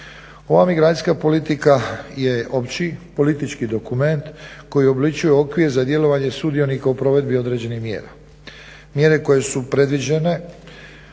Ova migracijska politika je opći politički dokument koji obličuje okvir za djelovanje sudionika u provedbi određenih mjera. Mjere koje su predviđene